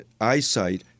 eyesight